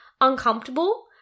uncomfortable